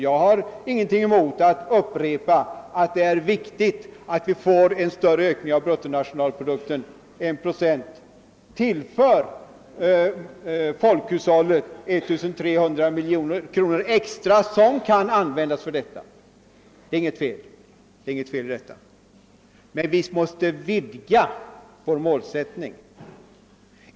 Jag har ingenting emot att upprepa att det är viktigt med en större ökning av bruttonationalprodukten. En ökning på 1 procent tillför folkhushållet ca 1300 miljoner kronor extra, som kan användas för angelägna ting. Det är inget fel med en sådan strävan, men vi måste vidga vår målsättning.